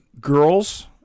girls